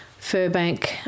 Furbank